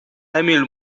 emil